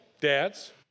dads